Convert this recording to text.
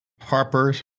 Harper's